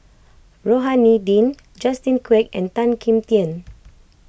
Rohani Din Justin Quek and Tan Kim Tian